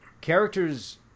characters